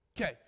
Okay